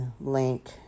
link